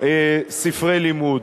ספרי לימוד.